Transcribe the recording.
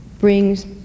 brings